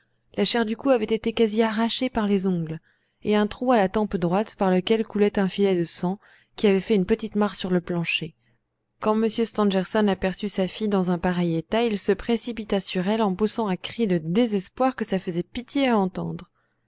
la chair du cou avait été quasi arrachée par les ongles et un trou à la tempe droite par lequel coulait un filet de sang qui avait fait une petite mare sur le plancher quand m stangerson aperçut sa fille dans un pareil état il se précipita sur elle en poussant un cri de désespoir que ça faisait pitié à entendre